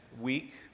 week